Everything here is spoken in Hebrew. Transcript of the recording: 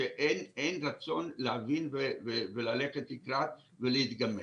שאין רצון להבין וללכת לקראת ולהתגמש.